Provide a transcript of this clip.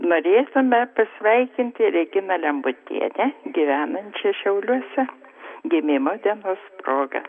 norėtume pasveikinti reginą lembutienę gyvenančią šiauliuose gimimo dienos proga